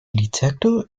detector